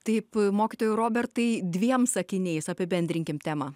taip mokytojau robertai dviem sakiniais apibendrinkim temą